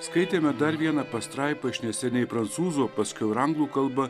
skaitėme dar vieną pastraipą iš neseniai prancūzų paskiau ir anglų kalba